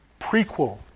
prequel